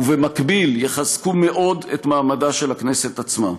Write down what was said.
ובמקביל, יחזקו מאוד את מעמדה של הכנסת עצמה.